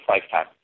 lifetime